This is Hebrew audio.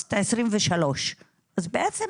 באוגוסט 23', אז בעצם